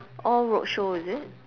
all roadshow is it